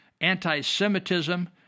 anti-Semitism